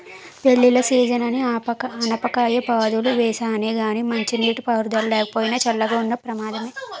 పెళ్ళిళ్ళ సీజనని ఆనపకాయ పాదులు వేసానే గానీ మంచినీటి పారుదల లేకపోయినా, చల్లగా ఉన్న ప్రమాదమే